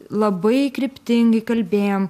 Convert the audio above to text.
labai kryptingai kalbėjom